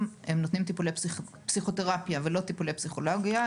הם נותנים טיפולי פסיכותרפיה ולא טיפולי פסיכולוגיה,